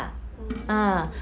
oo